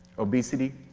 obesity,